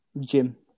Jim